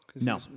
No